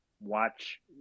watch